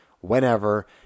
whenever